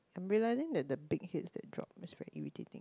I'm realising that the big head they drop is quite irritating